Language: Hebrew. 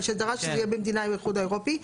שדרש שזה יהיה במדינה מהאיחוד האירופי,